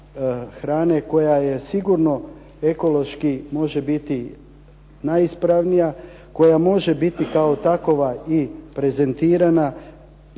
hrana koja je sigurno ekološki može biti najispravnija, koja može biti kao takva i prezentirana